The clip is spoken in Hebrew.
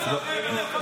אתם עם החליפות שלכם,